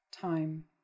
time